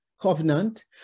covenant